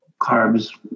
carbs